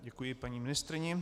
Děkuji paní ministryni.